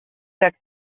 der